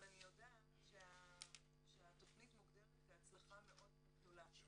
אבל אני יודעת שהתכנית מוגדרת כהצלחה מאוד גדולה,